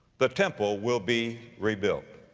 the temple will be rebuilt.